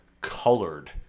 colored